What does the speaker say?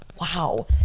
Wow